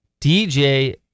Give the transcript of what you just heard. DJ